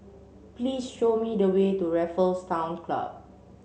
please show me the way to Raffles Town Club